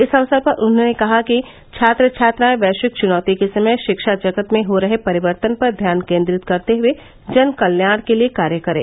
इस अवसर पर उन्होंने कहा कि छात्र छात्राएं वैश्विक चुनौती के समय शिक्षा जगत में हो रहे परिवर्तन पर ध्यान केन्द्रित करते हुए जनकल्याण के लिये कार्य करे